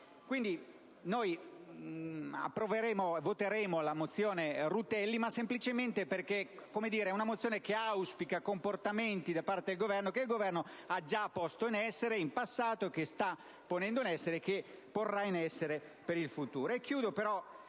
Quindi, noi voteremo a favore della mozione n. 406 (testo 3) semplicemente perché è una mozione che auspica comportamenti da parte del Governo che il Governo ha già posto in essere in passato, che sta ponendo in essere e che porrà in essere per il futuro.